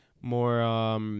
more